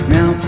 Now